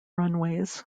runways